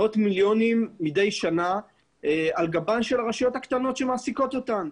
מאות מיליונים מדי שני על גבם של הרשויות הקטנות שמעסיקות אותן.